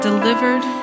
Delivered